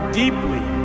deeply